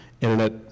internet